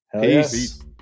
Peace